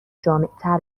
جامعتر